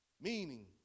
Meaning